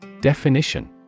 Definition